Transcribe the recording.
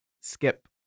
skip